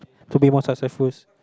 to be more successful